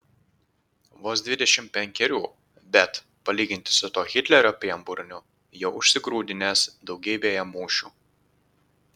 vos dvidešimt penkerių bet palyginti su tuo hitlerio pienburniu jau užsigrūdinęs daugybėje mūšių